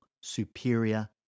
superior